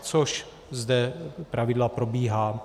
Což zde zpravidla probíhá.